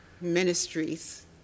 ministries